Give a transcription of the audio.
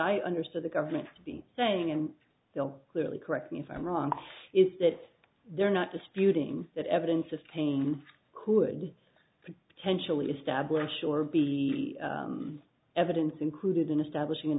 i understood the government to be saying and still clearly correct me if i'm wrong is that they're not disputing that evidence of pain could potentially establish or be evidence included in establishing an